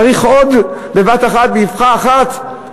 צריך עוד, בבת-אחת, באבחה אחת?